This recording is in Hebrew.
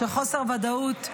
של חוסר ודאות,